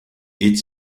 est